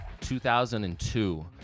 2002